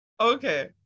Okay